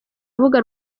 rubuga